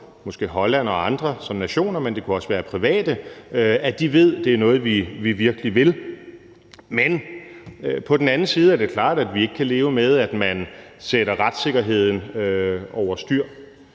måske Holland og andre nationer, men det kunne også være private – ved, at det er noget, vi virkelig vil, men på den anden side er det klart, at vi ikke kan leve med, at man sætter retssikkerheden over styr.